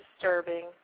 disturbing